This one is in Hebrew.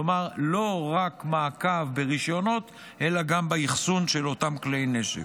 כלומר לא רק מעקב רישיונות אלא גם אחסון של אותם כלי נשק.